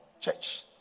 church